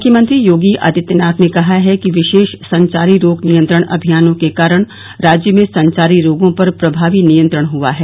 मुख्यमंत्री योगी आदित्यनाथ ने कहा कि विशेष संचारी रोग नियंत्रण अभियानों के कारण राज्य में संचारी रोगों पर प्रभावी नियंत्रण हुआ है